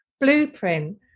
blueprint